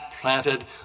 planted